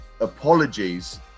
Apologies